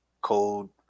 cold